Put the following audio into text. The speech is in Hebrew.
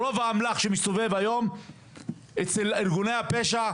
רוב האמל"ח שמסתובב היום אצל ארגוני הפשע,